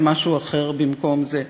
אז משהו אחר במקום זה,